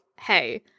hey